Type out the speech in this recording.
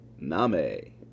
name